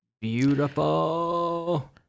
beautiful